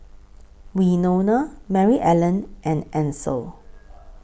Winona Maryellen and Ansel